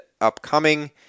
upcoming